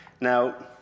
Now